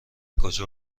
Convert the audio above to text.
کجا